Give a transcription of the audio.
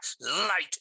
Light